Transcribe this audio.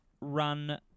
Run